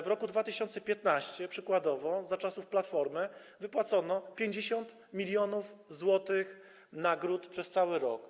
W roku 2015 przykładowo, za czasów Platformy wypłacono 50 mln zł nagród przez cały rok.